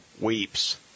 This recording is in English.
Weeps